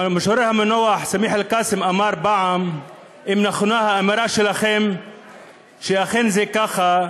המשורר המנוח סמיח אל-קאסם אמר פעם: אם נכונה האמירה שלכם שאכן זה ככה,